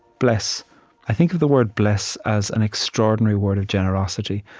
bless i think of the word bless as an extraordinary word of generosity.